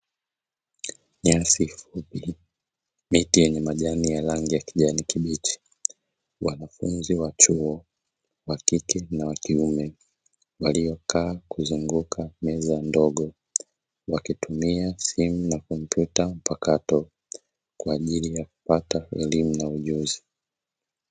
Miti yenye majani ya rangi ya kijani kibichi. Wanafunzi wa chuo kike na wa kiume, waliokaa kuzunguka meza ndogo, wakitumia sehemu ya kompyuta mpakato kwa ajili ya kupata elimu na ujuzi.